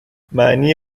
معنی